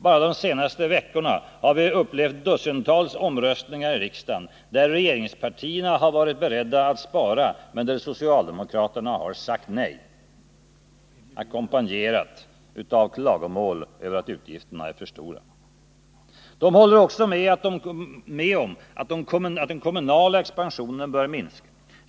Bara de senaste veckorna har vi upplevt dussintals omröstningar i riksdagen, där regeringspartierna har varit beredda att spara men där socialdemokraterna sagt nej, ackompanjerat av klagomål över att utgifterna är för stora. Socialdemokraterna håller också med om att den kommunala expansionen bör minska.